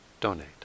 donate